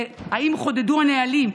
האם חודדו הנהלים,